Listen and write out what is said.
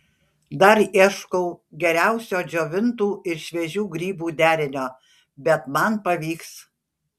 dar ieškau geriausio džiovintų ir šviežių grybų derinio bet man pavyks